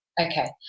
Okay